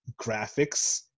graphics